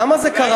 למה זה קרה?